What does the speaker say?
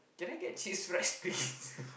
can I get cheese fries please